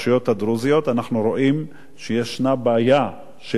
אנחנו רואים שיש בעיה של ביצוע,